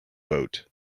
boat